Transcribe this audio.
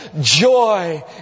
joy